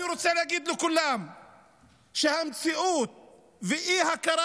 אני רוצה להגיד לכולם שהמציאות והאי-הכרה